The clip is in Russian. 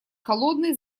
холодный